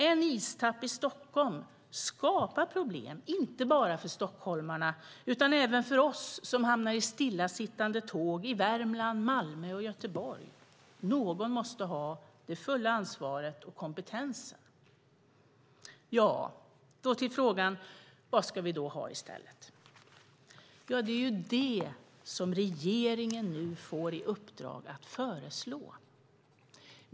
En istapp i Stockholm skapar problem inte bara för stockholmarna utan även för oss som hamnar i stillastående tåg i Värmland, Malmö och Göteborg. Någon måste ha det fulla ansvaret och kompetensen. Då kommer jag till frågan: Vad ska vi ha i stället? Det är detta som regeringen nu får i uppdrag att föreslå.